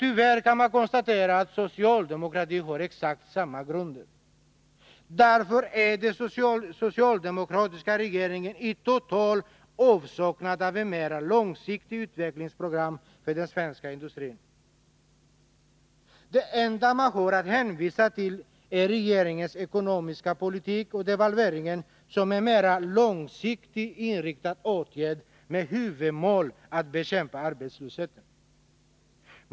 Tyvärr kan man konstatera att socialdemokratin har precis samma grund för sin politik. Den socialdemokratiska regeringen är i total avsaknad av ett mer långsiktigt utvecklingsprogram för den svenska industrin. Det enda man har att hänvisa till är regeringens ekonomiska politik och devalveringen, den senare som en mer långsiktigt inriktad åtgärd med huvudmål att bekämpa arbetslösheten.